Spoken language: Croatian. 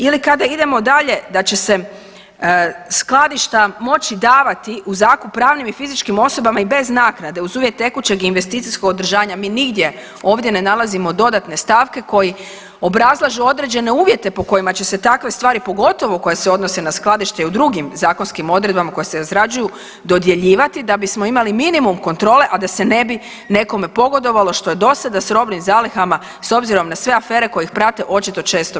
Ili kada idemo dalje da će se skladišta moći davati u zakup pravnim i fizičkim osobama i bez naknade uz uvjet tekućeg i investicijskog održanja, mi nigdje ovdje ne nalazimo dodatne stavke koji obrazlažu određene uvjete po kojima će se takve stavke pogotovo koje se odnose na skladišta i u drugim zakonskim odredbama koje se razrađuju dodjeljivati da bismo imali minimum kontrole, a da se ne bi nekome pogodovalo što je dosada s robnim zalihama s obzirom na sve afere koje ih prate očito često bio slučaj.